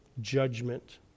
judgment